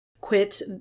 quit